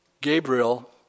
Gabriel